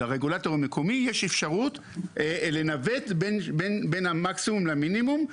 לרגולטור המקומי יש אפשרות לנווט בין המקסימום למינימום,